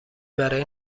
برای